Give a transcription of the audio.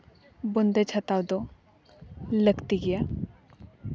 ᱵᱚᱱᱫᱮᱡᱽ ᱦᱟᱛᱟᱣ ᱫᱚ ᱞᱟᱹᱠᱛᱤ ᱜᱮᱭᱟ